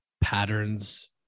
patterns